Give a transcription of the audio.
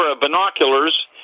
binoculars